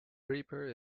reaper